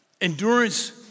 Endurance